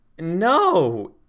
no